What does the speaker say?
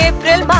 April